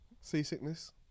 Seasickness